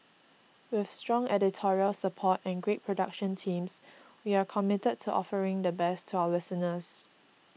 with strong editorial support and great production teams we are committed to offering the best to our listeners